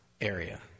area